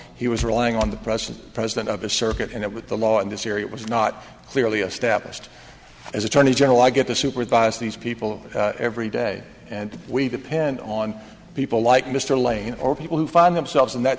he was relying on the present president of a circuit and it with the law in this area was not clearly established as attorney general i get to supervise these people every day and we depend on people like mr lane or people who find themselves in that